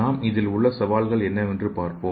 நாம் இதில் உள்ள சவால்கள் என்னவென்று பார்ப்போம்